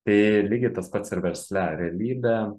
tai lygiai tas pats ir versle realybė